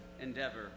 endeavor